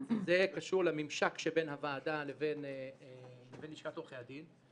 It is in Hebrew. זה קשור לממשק שבין הוועדה לבין לשכת עורכי הדין.